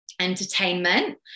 Entertainment